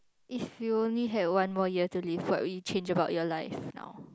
if you only had one more year to live what would you change about your life now